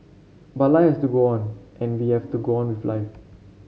but life has to go on and we have to go on with life